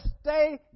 stay